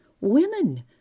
Women